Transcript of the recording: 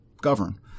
govern